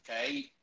okay